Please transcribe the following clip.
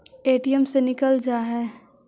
ATM से निकल जा है?